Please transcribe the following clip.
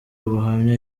ubuhamya